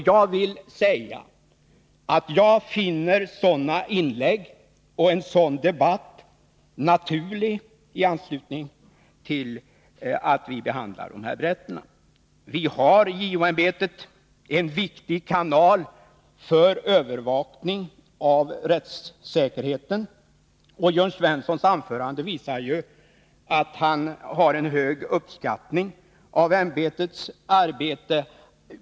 Jag finner sådana inlägg och en sådan debatt naturlig i anslutning till att riksdagen behandlar dessa berättelser. JO ämbetet är en viktig kanal för övervakning av rättssäkerheten. Jörn Svenssons anförande här visar att han högt uppskattar ämbetets arbete.